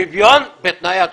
וזה שוויון בתנאי התחרות.